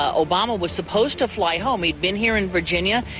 ah obama was supposed to fly home, he'd been here in virginia,